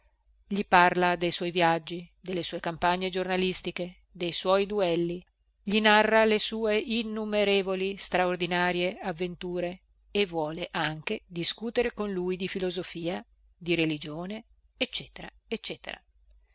gli parla de suoi viaggi delle sue campagne giornalistiche de suoi duelli gli narra le sue innumerevoli straordinarie avventure e vuole anche discutere con lui di filosofia di religione